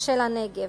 של הנגב.